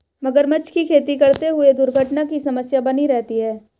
मगरमच्छ की खेती करते हुए दुर्घटना की समस्या बनी रहती है